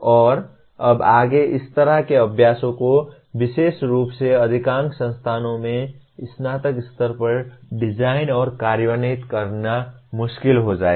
और अब आगे इस तरह के अभ्यासों को विशेष रूप से अधिकांश संस्थानों में स्नातक स्तर पर डिजाइन और कार्यान्वित करना मुश्किल हो जाएगा